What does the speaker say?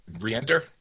re-enter